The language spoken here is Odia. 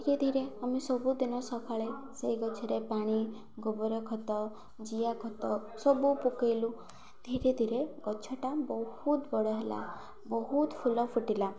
ଧୀରେ ଧୀରେ ଆମେ ସବୁଦିନ ସକାଳେ ସେଇ ଗଛରେ ପାଣି ଗୋବର ଖତ ଜିଆ ଖତ ସବୁ ପକାଇଲୁ ଧୀରେ ଧୀରେ ଗଛଟା ବହୁତ ବଡ଼ ହେଲା ବହୁତ ଫୁଲ ଫୁଟିଲା